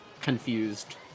confused